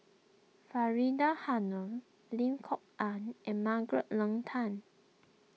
Faridah Hanum Lim Kok Ann and Margaret Leng Tan